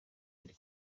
ari